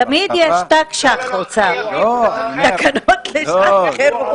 תמיד יש תקנות לשעת חירום.